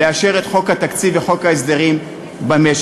לאשר את חוק התקציב ואת חוק ההסדרים במשק.